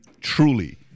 truly